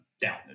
down